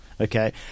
Okay